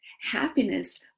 Happiness